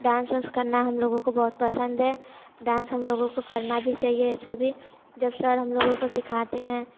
dance उंस करना हम लोगों को बहुत पसंद है डांस हम लोगों को करना भी चाहिए ऐसे भी जब सर हम लोगों को सिखाते हैं